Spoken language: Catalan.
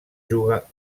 juga